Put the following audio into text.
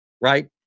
right